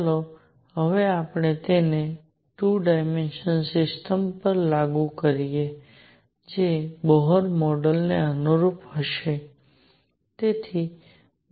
ચાલો હવે આપણે તેને 2 ડાયમેન્શનલ સિસ્ટમ પર લાગુ કરીએ જે બોહર મોડેલને અનુરૂપ હશે